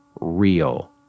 real